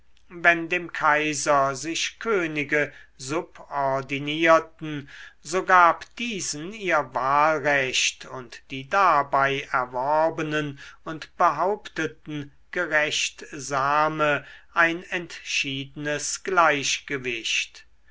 wenn dem kaiser sich könige subordinierten so gab diesen ihr wahlrecht und die dabei erworbenen und behaupteten gerechtsame ein entschiedenes gleichgewicht